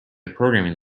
programming